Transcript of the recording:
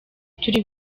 turi